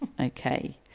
Okay